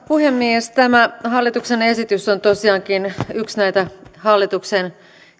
puhemies tämä hallituksen esitys on tosiaankin yksi näitä hallituksen